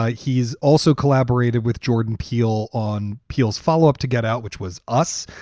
ah he's also collaborated with jordan peele on peel's follow up to get out, which was us.